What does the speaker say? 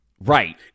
right